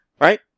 Right